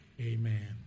Amen